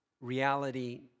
reality